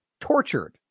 tortured